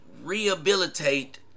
rehabilitate